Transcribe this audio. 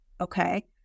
Okay